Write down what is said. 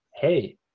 Hey